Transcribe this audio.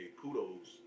kudos